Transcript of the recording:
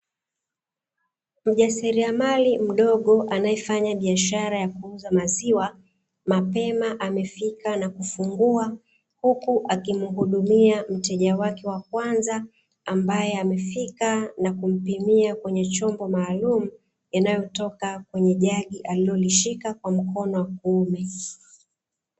Mjasiriamali mdogo anayefanya biashara ya kuuza maziwa, mapema amefika na kufungua huku akimuhudumia mteja wake wa kwanza, ambaye amefika na kumpimia kwenye chombo maalum, yanayotoka kwenye jagi alilolishika kwa mkono wake wa kuume.